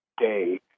day